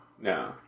No